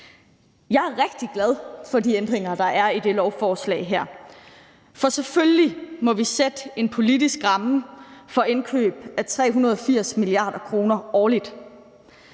Jeg er rigtig glad for de ændringer, som det her lovforslag indeholder, for selvfølgelig må vi sætte en politisk ramme for indkøb af 380 mia. kr. årligt.